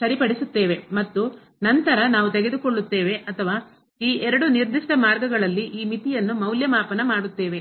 ಸರಿ ಪಡಿಸುತ್ತೇವೆ ಮತ್ತು ನಂತರ ನಾವು ತೆಗೆದುಕೊಳ್ಳುತ್ತೇವೆ ಅಥವಾ ಈ ಎರಡು ನಿರ್ದಿಷ್ಟ ಮಾರ್ಗಗಳಲ್ಲಿ ಈ ಮಿತಿಯನ್ನು ಮೌಲ್ಯಮಾಪನ ಮಾಡುತ್ತೇವೆ